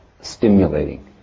stimulating